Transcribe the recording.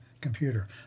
computer